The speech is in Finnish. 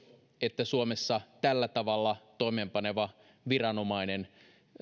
että suomessa tällä tavalla toimeenpaneva viranomainen tai